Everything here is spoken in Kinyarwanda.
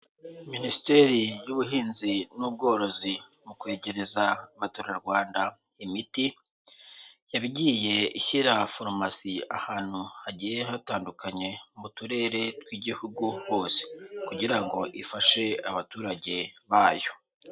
Minisiteri y'ubuhinzi n'ubworozi mu kwegereza abaturarwanda imiti, yagiye ishyira farumasi ahantu hagiye hatandukanye mu turere tw'igihugu hose kugira ngo ifashe abaturage bayo.